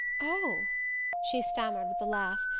oh she stammered with a laugh,